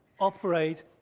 operate